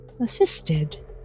assisted